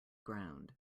ground